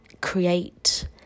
create